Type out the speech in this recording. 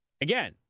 again